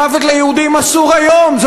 "מוות ליהודים" אסור היום,